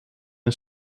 een